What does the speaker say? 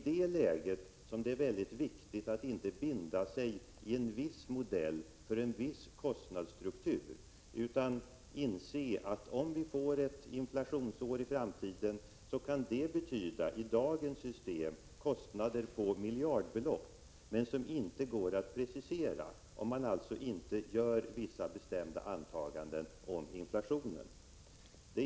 Det är i detta läge viktigt att inte binda sig vid en viss modell, för en viss kostnadsstruktur, utan inse att om vi får ett inflationsår i framtiden så kan det enligt dagens system betyda kostnader på miljardbelopp. Men dessa belopp går inte att precisera om man inte gör vissa bestämda antaganden om inflationen.